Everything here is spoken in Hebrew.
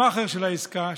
המאכער של העסקה,